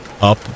Up